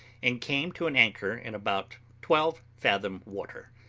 and came to an anchor in about twelve fathom water.